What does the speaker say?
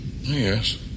Yes